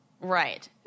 Right